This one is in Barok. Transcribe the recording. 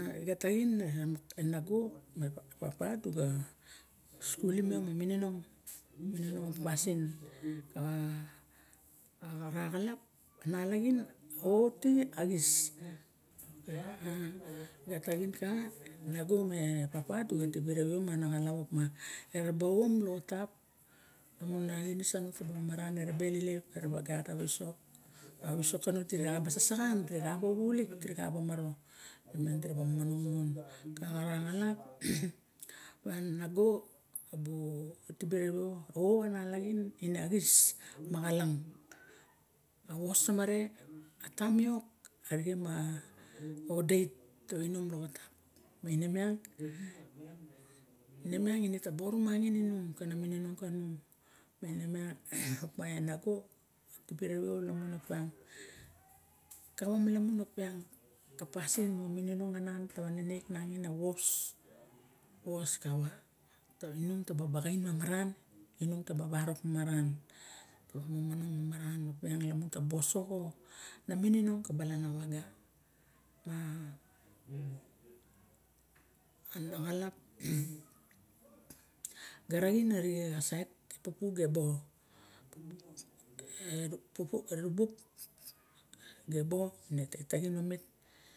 Ega taxin e nago me papa duga skuliu io ma pasin mo xaraxap malaxin a o ti axis ga taxu kanago me papa diga tibe rawio mana xalap opa era ba om loxotap lamun ana xinis suno taba maran erelelep era gat a wisok a wisok kano dira xa ba sasaxan ma wawulik dira ba maro miang diraba manong mon ka raxap nagu ebu tibe rawio ao xa nalaxin ine xo ma xalang a wos tomare atomion arixem maxodait tawa inon loxotam mani miang intaba orumangin inung kana mininong kanu ma ine miang opa e nago suk tibe rawio opiang kawa ma lamun opiang kapasin moxa mininong tawa nenek nangin a wos wos kava inung taba baxain maran inung baba barok maran mura momonong maran lamun mura ba osoxo na mininong ka bulan waga anaxalap ga raxirir ka sait pupu go erubuk e gebo tet taxin amat.